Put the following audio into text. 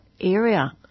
area